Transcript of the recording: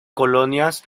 colonias